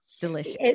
Delicious